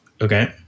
Okay